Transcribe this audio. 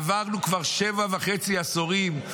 עברנו כבר שבעה וחצי עשורים,